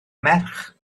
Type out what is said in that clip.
merch